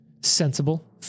sensible